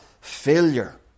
failure